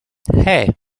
hey